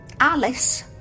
Alice